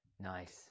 Nice